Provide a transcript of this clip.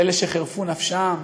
על אלה שחירפו נפשם,